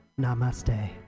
Namaste